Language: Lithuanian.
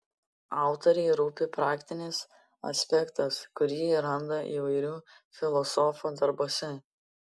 autorei rūpi praktinis aspektas kurį ji randa įvairių filosofų darbuose